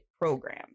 program